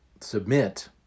submit